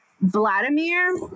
Vladimir